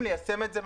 חייבים ליישם את זה.